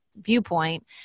viewpoint